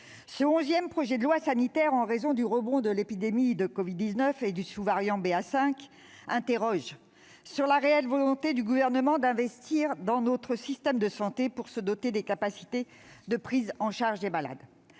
Ce onzième projet de loi sanitaire, en raison du rebond de l'épidémie de covid-19 et du sous-variant BA5, interroge sur la volonté réelle du Gouvernement d'investir dans notre système de santé pour se doter des capacités de prise en charge des malades.